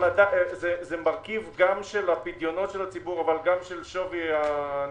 אבל זה מרכיב גם של הפדיונות של הציבור וגם של שווי הנכסים.